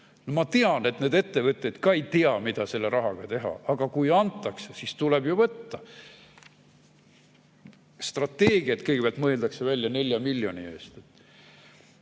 Ma tean, et need ettevõtted ka ei tea, mida selle rahaga teha, aga kui antakse, siis tuleb ju võtta. Strateegiad kõigepealt mõeldakse välja 4 miljoni eest.